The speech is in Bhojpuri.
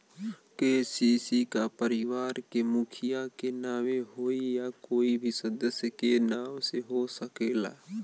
के.सी.सी का परिवार के मुखिया के नावे होई या कोई भी सदस्य के नाव से हो सकेला?